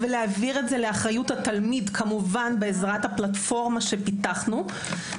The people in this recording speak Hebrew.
ולהעביר לאחריות התלמיד כמובן בעזרת הפלטפורמה שפיתחנו.